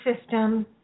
system